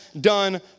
done